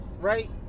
Right